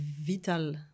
vital